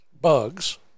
bugs